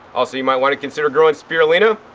also you might want to consider growing spirulina.